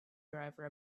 driver